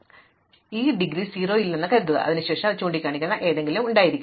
ഇപ്പോൾ ഇത് ഡിഗ്രി 0 ൽ ഇല്ലെന്ന് കരുതുക അതിനുശേഷം അത് ചൂണ്ടിക്കാണിക്കുന്ന എന്തെങ്കിലും ഉണ്ടായിരിക്കണം